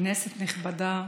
כנסת נכבדה,